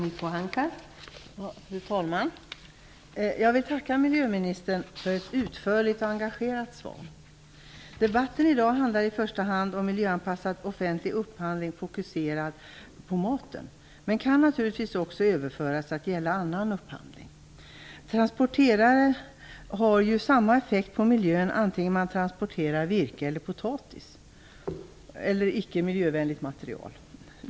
Fru talman! Jag vill tacka miljöministern för ett utförligt och engagerat svar. Debatten i dag handlar i första hand om miljöanpassad offentlig upphandling fokuserad på maten men kan naturligtvis också överföras till att gälla annan upphandling. Transporterna har samma effekt på miljön oavsett om man transporterar virke, potatis eller något icke-miljövänligt material.